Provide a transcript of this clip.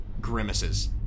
grimaces